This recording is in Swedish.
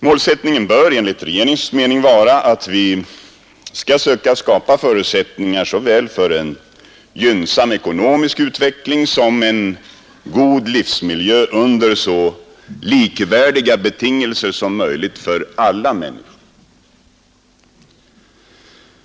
Målsättningen bör enligt regeringens mening vara att vi skall söka skapa förutsättningar såväl för en gynnsam ekonomisk utveckling som för en god livsmiljö under så likvärdiga betingelser som möjligt för alla människor.